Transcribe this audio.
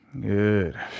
good